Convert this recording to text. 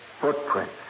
Footprints